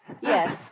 Yes